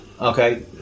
Okay